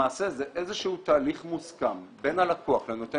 למעשה זה איזשהו תהליך מוסכם בין הלקוח לנותן